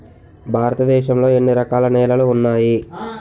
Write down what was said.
భారతదేశం లో ఎన్ని రకాల నేలలు ఉన్నాయి?